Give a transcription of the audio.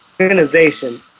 organization